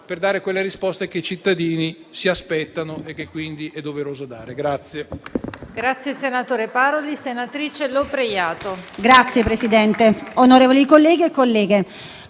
per dare le risposte che i cittadini si aspettano e che quindi è doveroso dare.